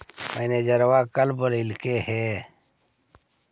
मैनेजरवा कल बोलैलके है?